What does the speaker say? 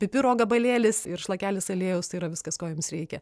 pipiro gabalėlis ir šlakelis aliejaus tai yra viskas ko jums reikia